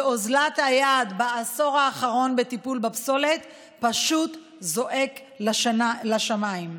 ואוזלת היד בעשור האחרון בטיפול בפסולת פשוט זועקת לשמיים.